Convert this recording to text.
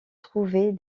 trouver